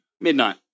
Midnight